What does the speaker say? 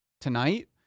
tonight